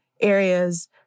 areas